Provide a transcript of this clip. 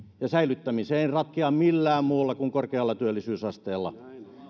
ja säilyttämiseen ratkea millään muulla kuin korkealla työllisyysasteella